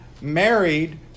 married